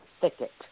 thicket